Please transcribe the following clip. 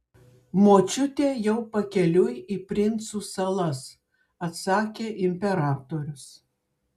močiutė jau pakeliui į princų salas atsakė imperatorius